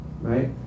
right